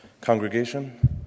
congregation